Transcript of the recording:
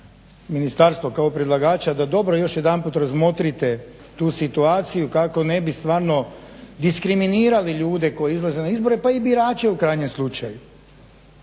ministarstvo kao predlagača da dobro još jedanput razmotrite tu situaciju kako ne bi stvarno diskriminirali ljude koji izlaze na izbore, pa i birače u krajnjem slučaju.